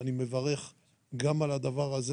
ואני מברך גם על הדבר הזה.